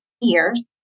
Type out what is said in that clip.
years